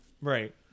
Right